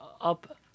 up